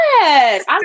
Yes